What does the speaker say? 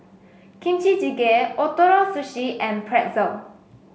Kimchi Jjigae Ootoro Sushi and Pretzel